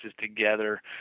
together